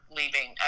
leaving